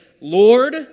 Lord